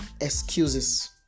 excuses